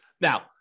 Now